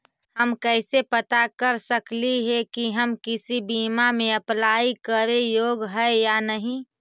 हम कैसे पता कर सकली हे की हम किसी बीमा में अप्लाई करे योग्य है या नही?